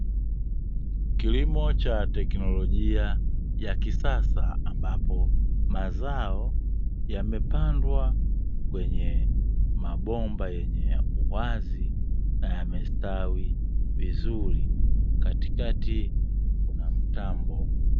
Kilimo cha teknolojia ya kisasa ambapo mazao yamepandwa kwenye mabomba yenye uwazi na yamestawi vizuri. Katikati kuna mtambo.